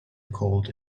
cold